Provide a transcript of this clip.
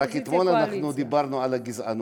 רק אתמול דיברנו על הגזענות.